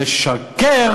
לשקר